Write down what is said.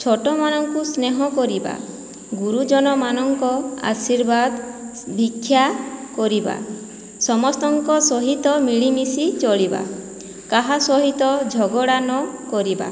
ଛୋଟମାନଙ୍କୁ ସ୍ନେହ କରିବା ଗୁରୁଜନମାନଙ୍କ ଆଶୀର୍ବାଦ ଭିକ୍ଷା କରିବା ସମସ୍ତଙ୍କ ସହିତ ମିଳିମିଶି ଚଳିବା କାହା ସହିତ ଝଗଡ଼ା ନକରିବା